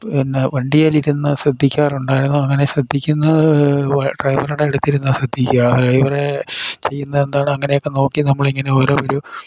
പിന്നെ വണ്ടിയേലിരുന്ന് ശ്രദ്ധിക്കാറുണ്ടായിരുന്നു അങ്ങനെ ശ്രദ്ധിക്കുന്നത് ഡ്രൈവറുടടുത്തിരുന്ന ശ്രദ്ധിക്കുക ഡ്രൈവറ് ചെയ്യുന്ന എന്താണ് അങ്ങനെയൊക്കെ നോക്കി നമ്മൾ ഇങ്ങനെ ഓരോരു